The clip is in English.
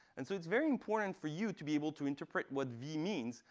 and so it's very important for you to be able to interpret what v means.